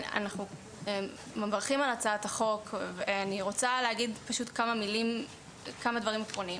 אנחנו מברכים על הצעת החוק,.ו אני רוצה להגיד כמה דברים עקרוניים.